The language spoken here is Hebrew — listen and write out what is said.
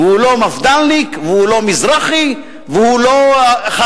והוא לא מפד"לניק, והוא לא "מזרחי", והוא לא חרדי.